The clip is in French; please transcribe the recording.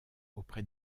auprès